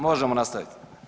Možemo nastaviti.